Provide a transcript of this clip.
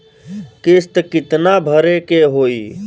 किस्त कितना भरे के होइ?